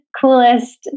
coolest